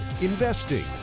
investing